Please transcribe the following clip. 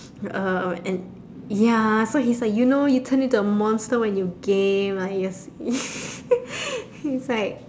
uh and ya so he's like you know you turn into a monster when you game it's like